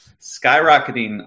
skyrocketing